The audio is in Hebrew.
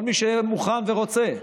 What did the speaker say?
כל מי שמוכן ורוצה.